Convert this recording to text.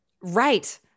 Right